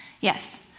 Yes